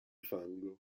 fango